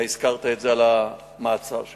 אתה הזכרת את המעצר שבוצע,